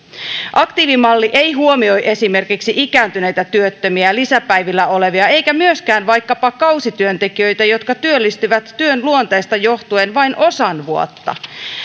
aktiivimalli ei huomioi esimerkiksi ikääntyneitä työttömiä lisäpäivillä olevia eikä myöskään vaikkapa kausityöntekijöitä jotka työllistyvät työn luonteesta johtuen vain osan vuotta